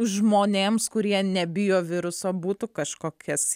žmonėms kurie nebijo viruso būtų kažkokias